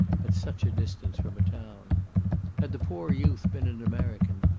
at such a distance from a town had the poor youth been an american,